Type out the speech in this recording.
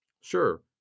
Sure